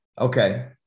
Okay